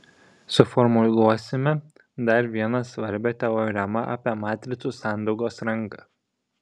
suformuluosime dar vieną svarbią teoremą apie matricų sandaugos rangą